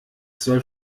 soll